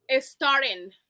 starting